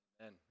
Amen